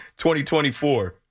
2024